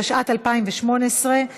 התשע"ט 2018,